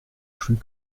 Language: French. plus